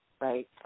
right